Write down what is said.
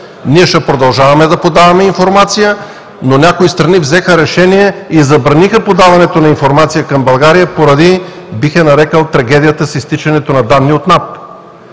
Ние ще продължаваме да подаваме информация, но някои страни взеха решение и забраниха подаването на информация към България поради, бих я нарекъл – трагедията с изтичането на данни от НАП.